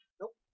Nope